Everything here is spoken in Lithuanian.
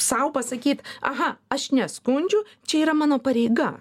sau pasakyt aha aš neskundžiu čia yra mano pareiga